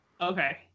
okay